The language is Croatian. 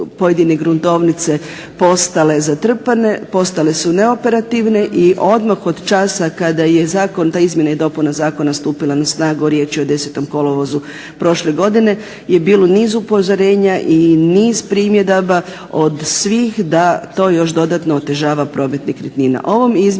pojedine gruntovnice postale zatrpane, postale su neoperativne i odmah od časa kada je zakon, ta izmjena i dopuna zakona stupila na snagu riječ je o 10. kolovozu prošle godine je bilo niz upozorenja i niz primjedaba od svih da to još dodatno otežava promet nekretnina.